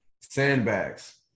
sandbags